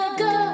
go